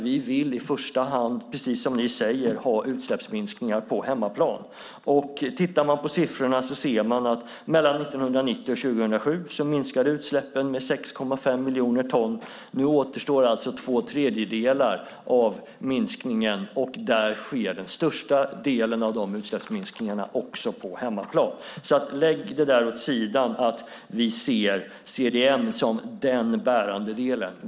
Vi vill i första hand, precis som ni säger, ha utsläppsminskningar på hemmaplan. Mellan 1990 och 2007 minskade utsläppen med 6,5 miljoner ton. Nu återstår alltså två tredjedelar av minskningen, och den största delen av de utsläppsminskningarna sker också på hemmaplan. Lägg åt sidan det där med att vi skulle se CDM som den bärande delen!